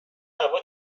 هوا